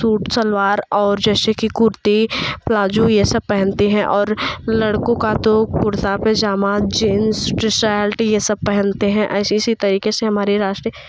suit salwar और जैसे कि कुर्ती प्लाजो ये सब पहनती हैं और लड़कों का तो kurta pyjama jeans T shirt ये सब पहनते हैं ऐसे इसी तरीक़े से हमारे राष्ट्रीय